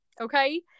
okay